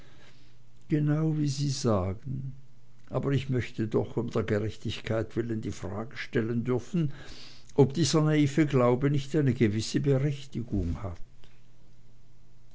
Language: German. genau wie sie sagen aber ich möchte doch um der gerechtigkeit willen die frage stellen dürfen ob dieser naive glaube nicht eine gewisse berechtigung hat